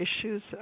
issues